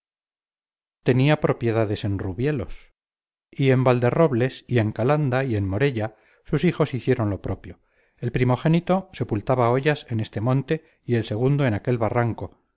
tenía propiedades en rubielos y en valderrobles y en calanda y en morella sus hijos hicieron lo propio el primogénito sepultaba ollas en este monte y el segundo en aquel barranco